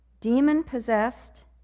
demon-possessed